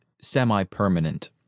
semi-permanent